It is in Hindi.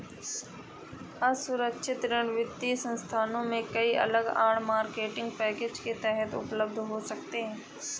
असुरक्षित ऋण वित्तीय संस्थानों से कई अलग आड़, मार्केटिंग पैकेज के तहत उपलब्ध हो सकते हैं